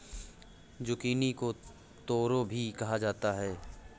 zucchini को तोरी भी कहा जाता है